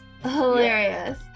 Hilarious